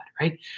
right